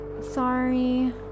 Sorry